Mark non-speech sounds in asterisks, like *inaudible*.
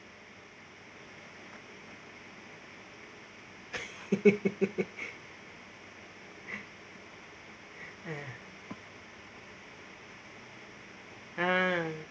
*laughs* ya ah